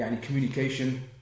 Communication